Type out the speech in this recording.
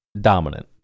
dominant